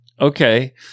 Okay